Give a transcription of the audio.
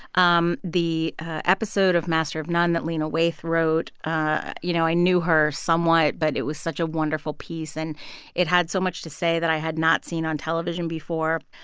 um the episode of master of none that lena waithe wrote ah you know, i knew her somewhat. but it was such a wonderful piece. and it had so much to say that i had not seen on television before.